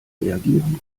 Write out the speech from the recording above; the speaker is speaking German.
reagieren